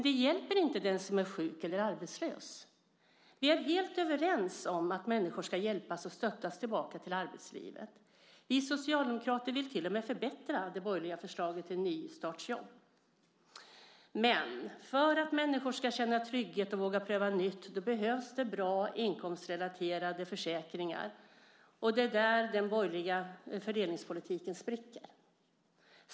Det hjälper dock inte den som är sjuk eller arbetslös. Vi är helt överens om att människor ska hjälpas och stöttas tillbaka till arbetslivet. Vi socialdemokrater vill till och med förbättra det borgerliga förslaget om nystartsjobb. För att människor ska känna trygghet och våga pröva något nytt behövs emellertid bra inkomstrelaterade försäkringar, och det är där den borgerliga fördelningspolitiken spricker.